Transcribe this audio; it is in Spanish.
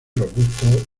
robusto